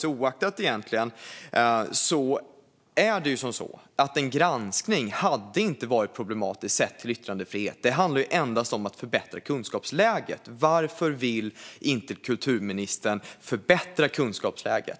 Oavsett vilket hade en granskning inte varit problematisk sett till yttrandefriheten. Det handlar ju endast om att förbättra kunskapsläget. Varför vill inte kulturministern förbättra kunskapsläget?